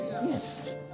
yes